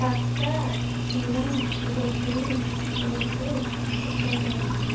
Baksa Chirang Udalguri Sonitpur Kokrajhar